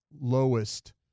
lowest